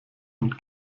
und